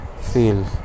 feel